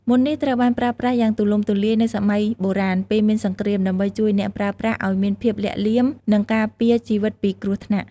មន្តនេះត្រូវបានប្រើប្រាស់យ៉ាងទូលំទូលាយនៅសម័យបុរាណពេលមានសង្គ្រាម ដើម្បីជួយអ្នកប្រើប្រាស់ឲ្យមានភាពលាក់លៀម និងការពារជីវិតពីគ្រោះថ្នាក់។